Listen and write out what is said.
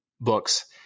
books